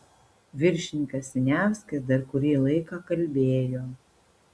viršininkas siniavskis dar kurį laiką kalbėjo